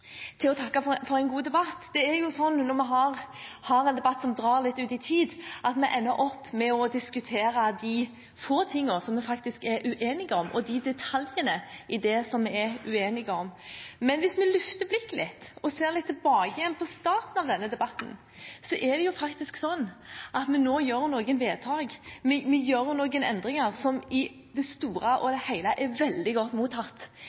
til å takke for en god debatt. Det er jo slik når vi har en debatt som drar litt ut i tid, at vi ender opp med å diskutere de få tingene som vi faktisk er uenige om, og detaljene i det som vi er uenige om. Men hvis vi løfter blikket litt og ser litt tilbake på starten av denne debatten, er det slik at vi nå gjør noen vedtak, vi gjør noen endringer som i det store og hele er veldig godt mottatt